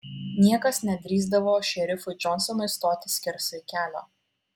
niekas nedrįsdavo šerifui džonsonui stoti skersai kelio